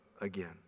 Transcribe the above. again